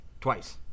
twice